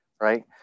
right